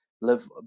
live